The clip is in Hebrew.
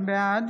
בעד